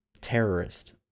terrorist